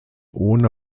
ohne